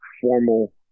formal